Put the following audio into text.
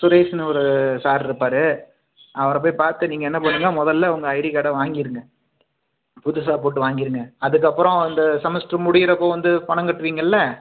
சுரேஷ்ன்னு ஒரு சார் இருப்பார் அவரை போய் பார்த்து நீங்கள் என்ன பண்ணுங்கள் முதல்ல உங்கள் ஐடி கார்டை வாங்கிருங்க புதுசாக போட்டு வாங்கிருங்க அதுக்கப்புறம் இந்த செமஸ்டர் முடியிறப்போ வந்து பணங்கட்டுவீங்கள்ல